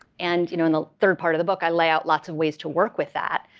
and you know in the third part of the book, i lay out lots of ways to work with that.